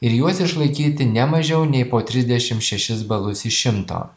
ir juos išlaikyti ne mažiau nei po trisdešim šešis balus iš šimto